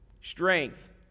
strength